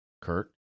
Kurt